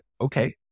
okay